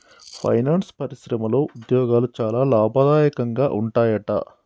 finance పరిశ్రమలో ఉద్యోగాలు చాలా లాభదాయకంగా ఉంటాయట